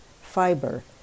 Fiber